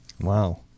Wow